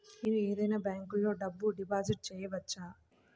నేను ఏదైనా బ్యాంక్లో డబ్బు డిపాజిట్ చేయవచ్చా?